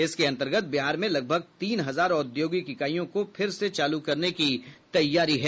इसके अन्तर्गत बिहार में लगभग तीन हजार औद्योगिक इकाईयों को फिर से चालू करने की तैयारी है